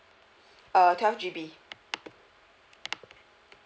uh twelve G_B